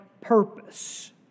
purpose